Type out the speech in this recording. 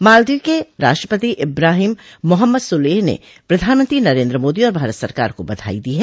मॉलदीव के राष्ट्रपति इब्राहिम मोहम्मद सोलेह ने प्रधानमंत्री नरेन्द्र मोदी और भारत सरकार को बधाई दी है